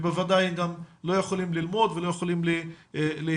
ובוודאי גם לא יכולים ללמוד ולא יכולים להתרכז.